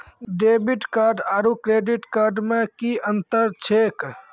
Debit card आरू credit card मे कि अन्तर छैक?